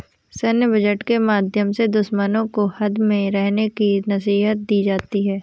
सैन्य बजट के माध्यम से दुश्मनों को हद में रहने की नसीहत दी जाती है